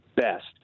best